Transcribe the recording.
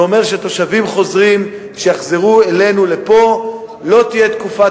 זה אומר שלתושבים חוזרים שיחזרו אלינו לא תהיה תקופת